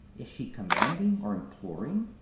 is she commanding or imploring?